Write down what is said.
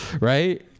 Right